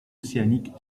océaniques